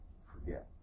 forget